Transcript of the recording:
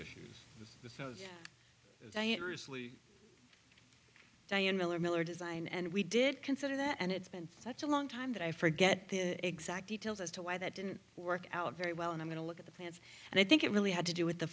issues with the diane miller miller design and we did consider that and it's been such a long time that i forget the exact details as to why that didn't work out very well and i'm going to look at the plants and i think it really had to do with the